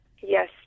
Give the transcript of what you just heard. Yes